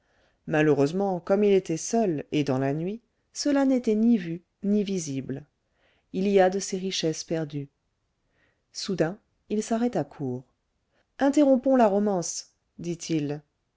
malheureusement comme il était seul et dans la nuit cela n'était ni vu ni visible il y a de ces richesses perdues soudain il s'arrêta court interrompons la romance dit-il